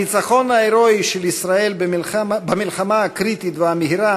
הניצחון ההירואי של ישראל במלחמה הקריטית והמהירה